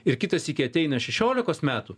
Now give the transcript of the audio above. ir kitą sykį ateina šešiolikos metų